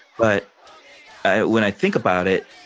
but when i think about it,